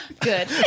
Good